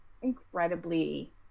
incredibly